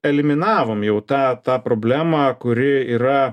eliminavom jau tą tą problemą kuri yra